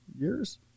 years